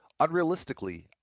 unrealistically